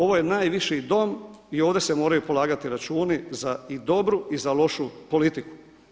Ovo je najviši dom i ovdje se moraju polagati računi za i dobru i za lošu politiku.